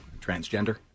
Transgender